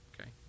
okay